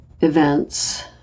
events